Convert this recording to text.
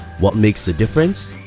what makes the difference?